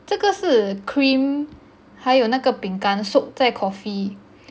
这个是 cream 还有那个饼干 soak 在 coffee